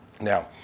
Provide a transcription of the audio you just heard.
Now